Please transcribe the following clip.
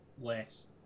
less